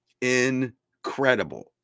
incredible